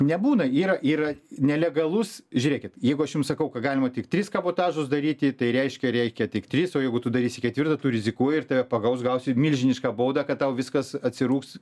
nebūna yra yra nelegalus žiūrėkit jeigu aš jum sakau kad galima tik tris kabotažus daryti tai reiškia reikia tik tris o jeigu tu darysi ketvirtą tu rizikuoji ir tave pagaus gausi milžinišką baudą kad tau viskas atsirūgs